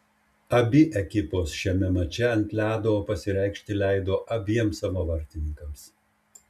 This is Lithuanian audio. abi ekipos šiame mače ant ledo pasireikšti leido abiem savo vartininkams